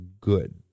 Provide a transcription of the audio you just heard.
good